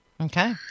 Okay